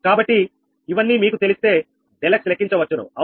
కాబట్టి ఇవన్నీ మీకు తెలిస్తే ∆x లెక్కించవచ్చును అవునా